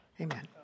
Amen